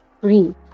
breathe